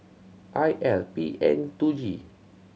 I L P N two G